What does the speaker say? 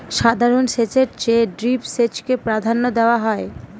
সাধারণ সেচের চেয়ে ড্রিপ সেচকে প্রাধান্য দেওয়া হয়